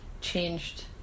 changed